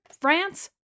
France